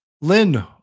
Lynn